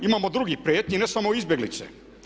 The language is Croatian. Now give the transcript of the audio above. Imamo drugih prijetnji, ne samo izbjeglice.